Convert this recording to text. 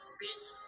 bitch